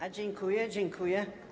A dziękuję, dziękuję.